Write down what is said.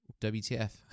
WTF